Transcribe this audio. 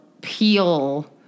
peel